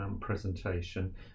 presentation